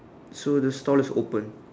so the stall is open